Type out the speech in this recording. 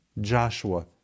Joshua